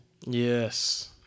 Yes